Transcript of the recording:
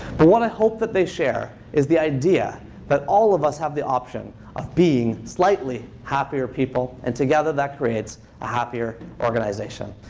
but what i hope that they share is the idea that all of us have the option of being slightly happier people. and together, that creates a happier organization.